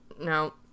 No